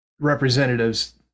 representatives